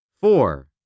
Four